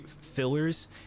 fillers